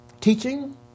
teaching